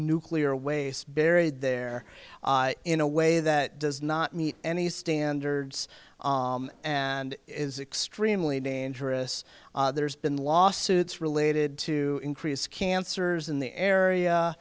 nuclear waste buried there in a way that does not meet any standards and is extremely dangerous there's been lawsuits related to increase cancers in the area